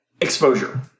exposure